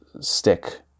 stick